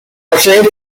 posee